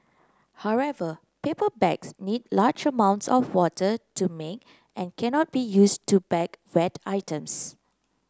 however paper bags need large amounts of water to make and cannot be used to bag wet items